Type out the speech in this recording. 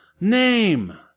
name